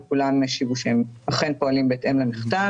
וכולם השיבו שהם אכן פועלים בהתאם למכתב.